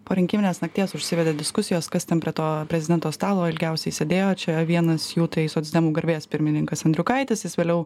po rinkiminės nakties užsivedė diskusijos kas ten prie to prezidento stalo ilgiausiai sėdėjo čia vienas jų tai socdemų garbės pirmininkas andriukaitis jis vėliau